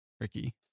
Ricky